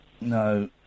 No